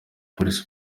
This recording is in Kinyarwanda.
polisi